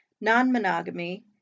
non-monogamy